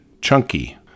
chunky